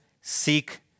seek